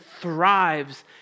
thrives